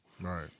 right